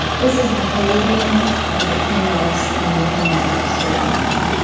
this is the holding of the chaos and looking at it straight on.